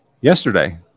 yesterday